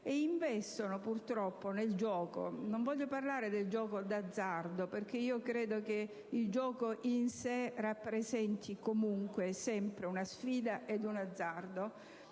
investendo purtroppo nel gioco - non voglio parlare del gioco d'azzardo perché credo che il gioco in sé rappresenti comunque e sempre una sfida e un azzardo